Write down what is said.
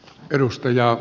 perustajat